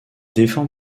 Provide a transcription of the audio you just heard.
défend